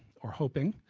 or hoping.